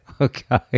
Okay